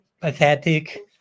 pathetic